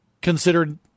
considered